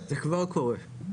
זה כבר קורה.